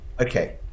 Okay